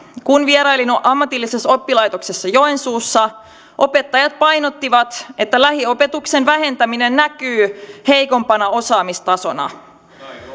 kun vierailin ammatillisessa oppilaitoksessa joensuussa opettajat painottivat että lähiopetuksen vähentäminen näkyy heikompana osaamistasona